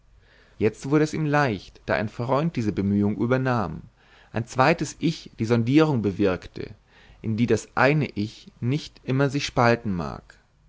jetzt wurde es ihm leicht da ein freund diese bemühung übernahm ein zweites ich die sonderung bewirkte in die das eine ich nicht immer sich spalten mag